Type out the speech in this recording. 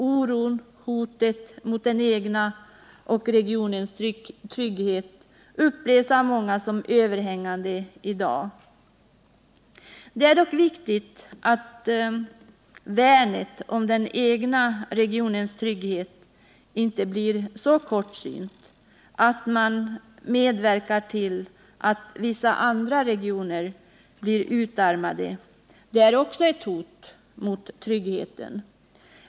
Oron och hotet mot den egna tryggheten och mot regionens upplevs av många som överhängande i dag. Det är dock viktigt att man i värnet om den egna regionens trygghet inte blir så kortsynt att man medverkar till att vissa andra regioner blir utarmade — det är också ett hot mot tryggheten.